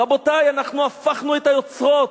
רבותי, אנחנו הפכנו את היוצרות.